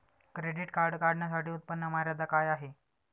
Credit card काढण्यासाठी उत्पन्न मर्यादा काय आहे?